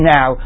Now